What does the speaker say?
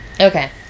Okay